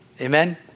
Amen